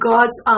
God's